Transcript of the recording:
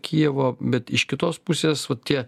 kijevo bet iš kitos pusės vat tie